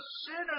sinners